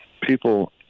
people